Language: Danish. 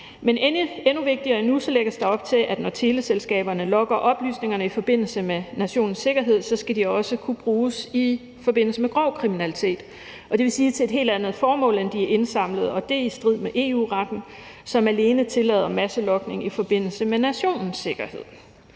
Men endnu vigtigere lægges der op til, at når teleselskaberne logger oplysningerne i forbindelse med nationens sikkerhed, så skal de også kunne bruges i forbindelse med grov kriminalitet. Det vil sige til et helt andet formål, end de er indsamlet til, og det er i strid med EU-retten, som alene tillader masselogning i forbindelse med nationens sikkerhed.